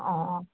অ